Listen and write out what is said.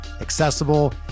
accessible